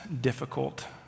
difficult